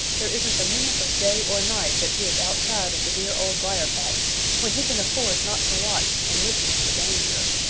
there isn't a minute of day or night that he is outside of the dear old briar-patch when he can afford not to watch and listen for danger.